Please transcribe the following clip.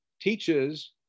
teaches